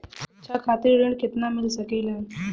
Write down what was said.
शिक्षा खातिर ऋण केतना मिल सकेला?